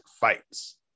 fights